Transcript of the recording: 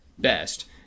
best